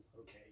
okay